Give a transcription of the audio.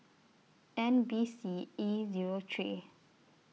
N B C E Zero three